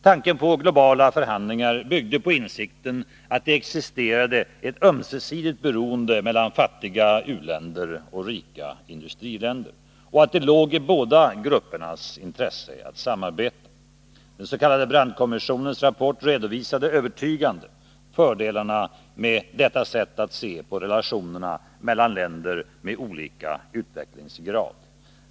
Tanken på globala förhandlingar byggde på insikten att det existerade ett ömsesidigt beroende mellan fattiga u-länder och rika industriländer och att det låg i båda gruppernas intresse att samarbeta. Den s.k. Brandtkommissionens rapport redovisade övertygande fördelar med detta sätt att se på relationerna mellan länder med olika utvecklingsgrad.